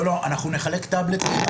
לא, אנחנו נחלק טבלטים.